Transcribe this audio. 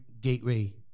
gateway